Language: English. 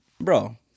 Bro